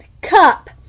cup